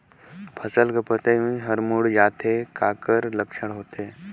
फसल कर पतइ हर मुड़ जाथे काकर लक्षण होथे?